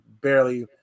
barely